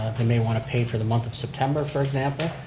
they may want to pay for the month of september, for example,